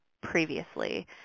previously